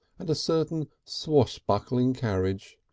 and a certain swashbuckling carriage.